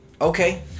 Okay